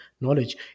knowledge